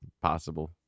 Possible